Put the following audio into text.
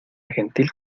gentil